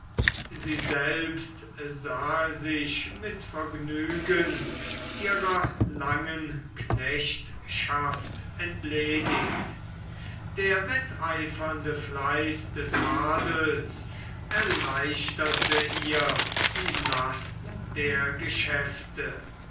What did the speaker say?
sie selbst sah sich mit vergnügen ihrer langen knechtschaft entledigt der wetteifernde fleiß des adels erleichterte ihr die last der geschäfte